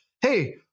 hey